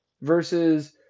Versus